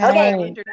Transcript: Okay